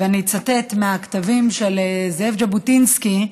ואצטט מהכתבים של זאב ז'בוטינסקי,